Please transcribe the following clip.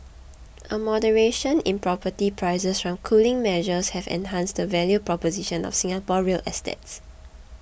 a moderation in property prices from cooling measures have enhanced the value proposition of Singapore real estates